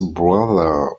brother